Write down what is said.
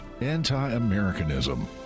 anti-Americanism